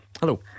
Hello